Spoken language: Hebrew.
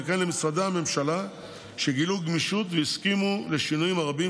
וכן למשרדי הממשלה שגילו גמישות והסכימו לשינויים הרבים